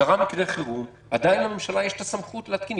יקרה מקרה חירום, עדיין לממשלה יש הסמכות להתקין.